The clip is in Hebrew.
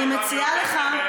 אני מכבד אותם יותר ממך.